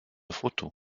photo